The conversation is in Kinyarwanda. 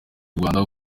rwanda